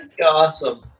awesome